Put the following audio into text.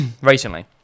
recently